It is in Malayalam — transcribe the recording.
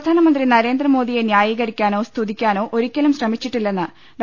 പ്രധാനമന്ത്രി നരേന്ദ്രമോദിയെ ന്യായീകരിക്കാനോ സ്തുതിക്കാനോ ഒരിക്കലും ശ്രമിച്ചിട്ടി ല്ലെന്ന് ഡോ